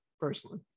personally